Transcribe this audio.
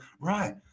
right